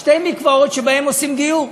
בשני מקוואות שבהם עושים גיור.